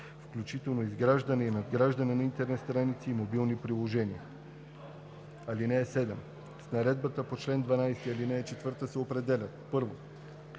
включва изграждане и надграждане на интернет страници и мобилни приложения. (7) С наредбата по чл. 12, ал. 4 се определят: